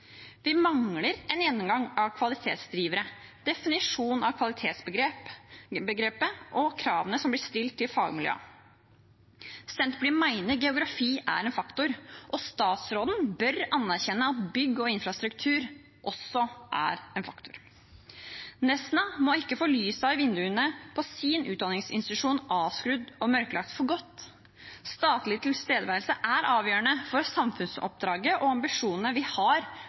Vi mangler en gjennomgang av kvalitetsdrivere, definisjon av kvalitetsbegrepet og kravene som blir stilt til fagmiljøene. Senterpartiet mener geografi er en faktor, og statsråden bør anerkjenne at bygg og infrastruktur også er en faktor. Nesna må ikke få lysene i vinduene på sin utdanningsinstitusjon avskrudd og mørklagt for godt. Statlig tilstedeværelse er avgjørende for samfunnsoppdraget og ambisjonene vi har